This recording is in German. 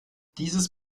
dieses